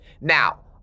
Now